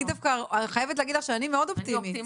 אני דווקא חייבת להגיד לך שאני מאוד אופטימית,